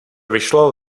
vyšlo